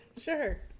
Sure